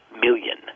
million